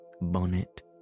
bonnet